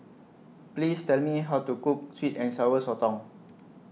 Please Tell Me How to Cook Sweet and Sour Sotong